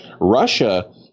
Russia